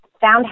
found